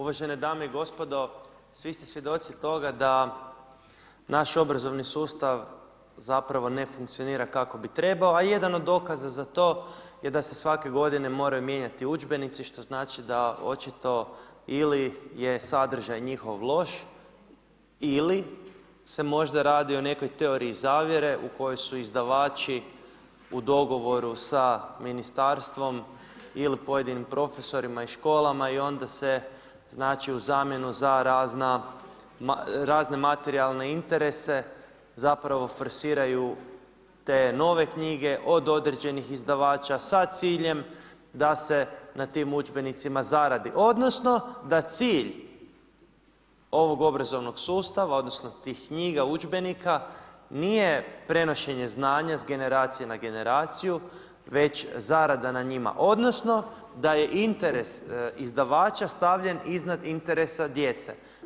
Uvažene dame i gospodo, svi ste svjedoci toga da naš obrazovni sustav zapravo ne funkcionira kako bi trebao, a jedan od dokaza za to je da se svake godine moraju mijenjati udžbenici, što znači da očito ili je sadržaj njihov loš ili se možda radi o nekoj teoriji zavjere, oni su izdavači u dogovoru sa ministarstvom ili pojedinim profesorima i školama i onda se znači, u zamjenu za razna materijalne interese zapravo forsiraju te nove knjige od određenih izdavača, sa ciljem da se na tim udžbenicima zaradi, odnosno, da cilj ovog obrazovnih sustava odnosno, tih knjiga udžbenika, nije prevođenje znanja s generacija na generaciju, već zarada na njima odnosno, da je interes izdavača stavljan iznad interesa djece.